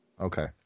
Okay